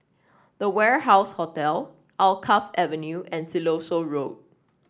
The Warehouse Hotel Alkaff Avenue and Siloso Road